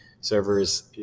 servers